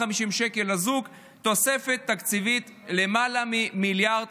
שקל לזוג תוספת תקציבית של למעלה מ-1.5 מיליארד